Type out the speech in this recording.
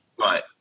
Right